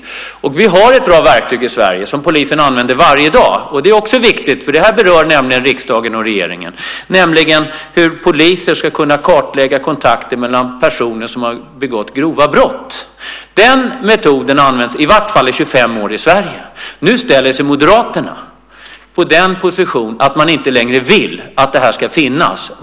Vi har ett bra verktyg i Sverige som polisen använder varje dag. Det är också viktigt. Det berör nämligen riksdagen och regeringen. Det handlar om hur poliser ska kunna kartlägga kontakter mellan personer som har begått grova brott. Den metoden har i vart fall använts i 25 år i Sverige. Nu ställer sig Moderaterna på den positionen att man inte längre vill att det ska finnas.